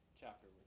chapter